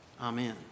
Amen